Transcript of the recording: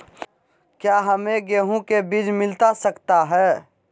क्या हमे गेंहू के बीज मिलता सकता है?